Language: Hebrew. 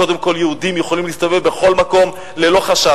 קודם כול יהודים יכולים להסתובב בכל מקום ללא חשש.